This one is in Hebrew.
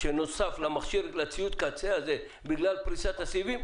שנוסף לציוד הקצה הזה בגלל פריסת הסיבים?